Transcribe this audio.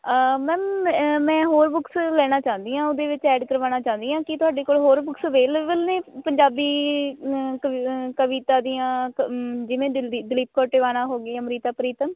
ma'am ਮੈਂ ਹੋਰ books ਲੈਣਾ ਚਾਹੁੰਦੀ ਹਾਂ ਉਹਦੇ ਵਿੱਚ ਐਡ ਕਰਵਾਉਣਾ ਚਾਹੁੰਦੀ ਹਾਂ ਕੀ ਤੁਹਾਡੇ ਕੋਲ ਹੋਰ ਬੁੱਕਸ ਅਵੇਲੇਵਲ ਨੇ ਪੰਜਾਬੀ ਕਵ ਕਵਿਤਾ ਦੀਆਂ ਜਿਵੇਂ ਦਲੀ ਦਲੀਪ ਕੌਰ ਟਿਵਾਣਾ ਹੋ ਗਈ ਅੰਮ੍ਰਿਤਾ ਪ੍ਰੀਤਮ